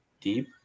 deep